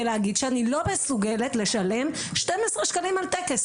להגיד שאני לא מסוגלת לשלם 612 ש"ח על טקס.